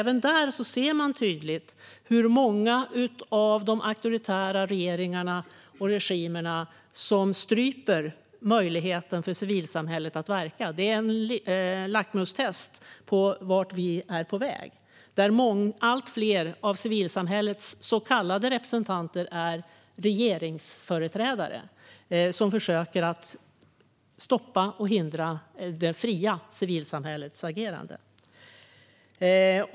Även där ser man tydligt hur många av de auktoritära regeringarna och regimerna stryper möjligheten för civilsamhället att verka. Det är ett lackmuspapper på vart vi är på väg. Allt fler av civilsamhällets så kallade representanter är regeringsföreträdare som försöker stoppa eller hindra det fria civilsamhällets agerande.